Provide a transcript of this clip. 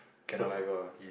saliva